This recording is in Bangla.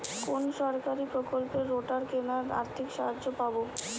কোন সরকারী প্রকল্পে রোটার কেনার আর্থিক সাহায্য পাব?